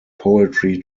poetry